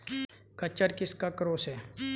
खच्चर किसका क्रास है?